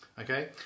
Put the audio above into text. okay